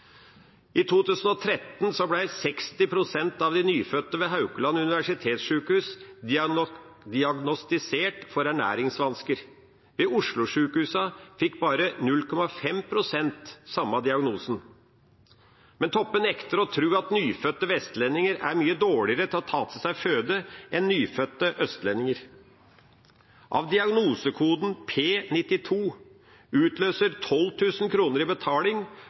I 2013 ble 60 pst. av de nyfødte ved Haukeland universitetssjukehus diagnostisert for ernæringsvansker. Ved Oslo-sjukehusa fikk bare 0,5 pst. samme diagnose. Men Toppe nekter å tro at nyfødte vestlendinger er mye dårligere til å ta til seg føde enn nyfødte østlendinger. Hun skriver: «At diagnosekoden P92 utløyser 12.000 kroner i betaling